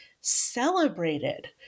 celebrated